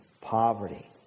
poverty